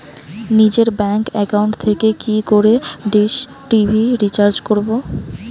নিজের bank account থেকে কি করে ডিশ টি.ভি রিচার্জ করবো?